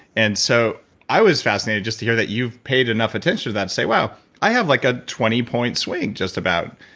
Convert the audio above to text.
and so i was fascinated just to hear that you paid enough attention to that to say, wow, i have like a twenty point swing, just about.